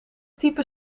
typen